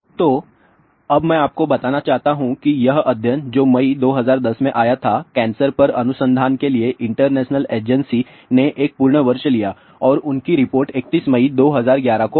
तो अब मैं आपको बताना चाहता हूं कि यह अध्ययन जो मई 2010 में आया था कैंसर पर अनुसंधान के लिए इंटरनेशनल एजेंसी ने एक पूर्ण वर्ष लिया और उनकी रिपोर्ट 31 मई 2011 को आई